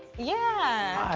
yeah.